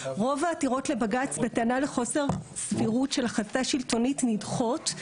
רוב העתירות לבג"צ בטענה לחוסר סבירות של החלטה שלטונית נדחות,